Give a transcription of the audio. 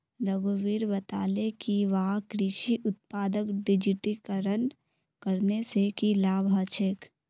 रघुवीर बताले कि वहाक कृषि उत्पादक डिजिटलीकरण करने से की लाभ ह छे